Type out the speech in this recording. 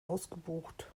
ausgebucht